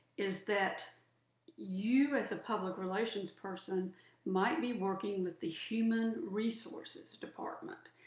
is that you as a public relations person might be working with the human resources department.